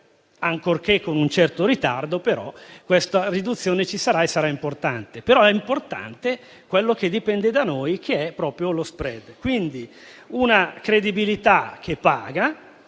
ancorché con un certo ritardo. Questa riduzione ci sarà e sarà importante. Però, è importante quello che dipende da noi, che è proprio lo *spread*. Quindi, la credibilità paga,